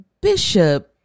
Bishop